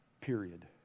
period